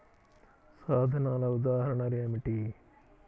సాధనాల ఉదాహరణలు ఏమిటీ?